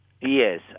Yes